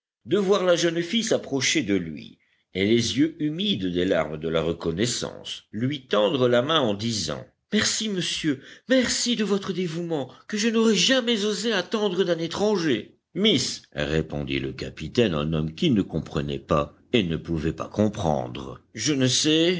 de voir la jeune fille s'approcher de lui et les yeux humides des larmes de la reconnaissance lui tendre la main en disant merci monsieur merci de votre dévouement que je n'aurais jamais osé attendre d'un étranger miss répondit le capitaine en homme qui ne comprenait pas et ne pouvait pas comprendre je ne sais